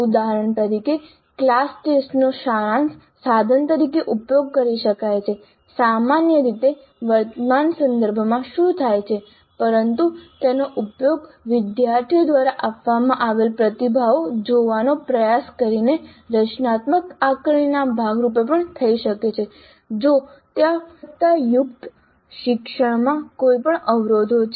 ઉદાહરણ તરીકે ક્લાસ ટેસ્ટનો સારાંશ સાધન તરીકે ઉપયોગ કરી શકાય છે સામાન્ય રીતે વર્તમાન સંદર્ભમાં શું થાય છે પરંતુ તેનો ઉપયોગ વિદ્યાર્થીઓ દ્વારા આપવામાં આવેલા પ્રતિભાવો જોવાનો પ્રયાસ કરીને રચનાત્મક આકારણીના ભાગ રૂપે પણ થઈ શકે છે જો ત્યાં ગુણવત્તાયુક્ત શિક્ષણમાં કોઈપણ અવરોધો છે